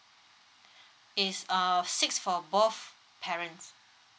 is uh six for both parents